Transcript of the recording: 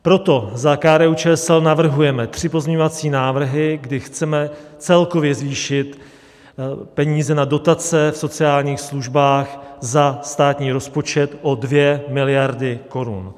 Proto za KDUČSL navrhujeme tři pozměňovací návrhy, kdy chceme celkově zvýšit peníze na dotace v sociálních službách za státní rozpočet o dvě miliardy korun.